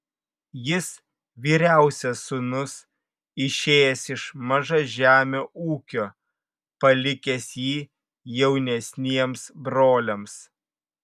jis vyriausias sūnus išėjęs iš mažažemio ūkio palikęs jį jaunesniems broliams